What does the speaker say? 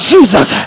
Jesus